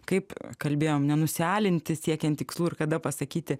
kaip kalbėjom nenusialinti siekiant tikslų ir kada pasakyti